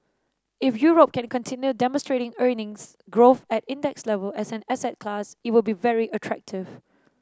if Europe can continue demonstrating earnings growth at index level as an asset class it will be very attractive